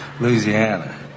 Louisiana